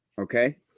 Okay